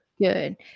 Good